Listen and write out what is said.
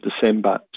December